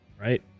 right